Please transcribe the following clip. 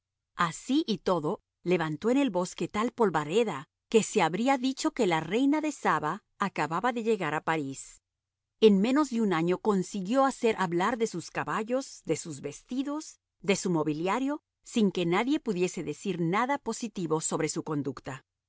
así y todo levantó en el bosque tal polvareda que se habría dicho que la reina de saba acababa de llegar a parís en menos de un año consiguió hacer hablar de sus caballos de sus vestidos de su mobiliario sin que nadie pudiese decir nada positivo sobre su conducta